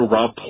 Rob